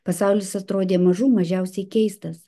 pasaulis atrodė mažų mažiausiai keistas